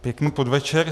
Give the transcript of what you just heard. Pěkný podvečer.